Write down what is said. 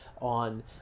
on